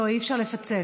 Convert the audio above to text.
לא, אי-אפשר לפצל.